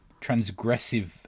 transgressive